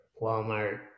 Walmart